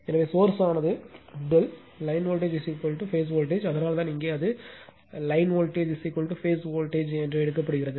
எனவே சோர்ஸ் ஆனது ∆ line voltage phase voltage அதனால்தான் இங்கே அது லைன் வோல்டேஜ் பேஸ் வோல்டேஜ் எடுக்கப்படுகிறது